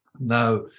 Now